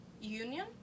Union